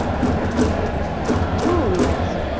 around and down. woo! yes.